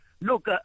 Look